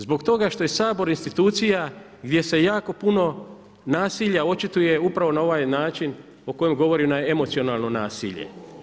Zbog toga što je Sabor institucija gdje se jako puno nasilja očituje uprave na ovaj način o kojem govori emocionalno nasilje.